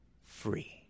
free